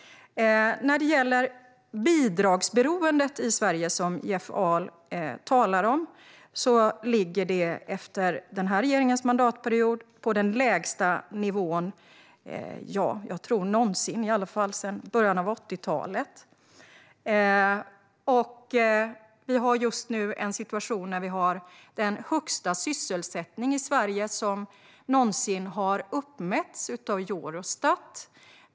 Jeff Ahl talar om bidragsberoendet i Sverige. Det ligger efter den här regeringens mandatperiod på den lägsta nivån någonsin - i alla fall sedan början av 80-talet. Just nu råder den högsta sysselsättningen i Sverige som någonsin har uppmätts av Eurostat.